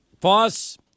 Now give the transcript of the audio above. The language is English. Foss